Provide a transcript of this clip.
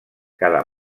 cada